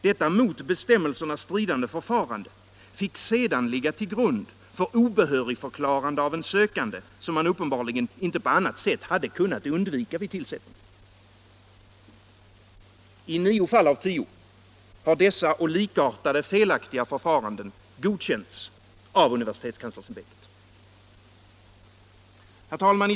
Detta mot bestämmelserna stridande förfarande fick sedan ligga till grund för obehörigförklarande av en sökande, som man uppenbarligen inte på annat sätt hade kunnat undvika vid tillsättningen. I nio fall av tio har dessa och likartade felaktiga förfaranden godkänts av universitetskanslersämbetet. Herr talman!